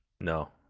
No